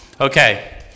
Okay